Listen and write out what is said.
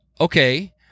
Okay